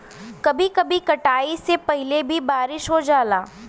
कभी कभी कटाई से पहिले भी बारिस हो जाला